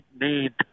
need